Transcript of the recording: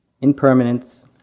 impermanence